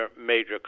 major